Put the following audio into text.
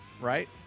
right